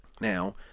Now